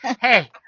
Hey